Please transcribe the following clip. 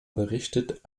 unterrichtet